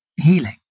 healing